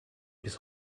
bis